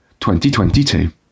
2022